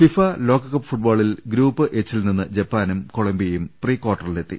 FIFA ലോകകപ്പ് ഫുട്ബോളിൽ group എച്ചിൽ നിന്ന് ജപ്പാനും കൊളംബിയയും പ്രീകാർട്ടറിലെത്തി